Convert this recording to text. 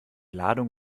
ladung